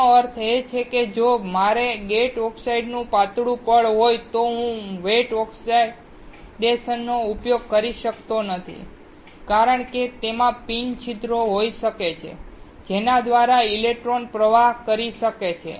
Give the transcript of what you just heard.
તેનો અર્થ એ છે કે જો મારે ગેટ ઓક્સાઇડનું પાતળું પડ હોય તો હું વેટ ઓક્સિડેશનનો ઉપયોગ કરી શકતો નથી કારણ કે તેમાં પિન છિદ્રો હોઈ શકે છે જેના દ્વારા ઇલેક્ટ્રોન પ્રવાહ કરી શકે છે